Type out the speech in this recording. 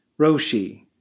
Roshi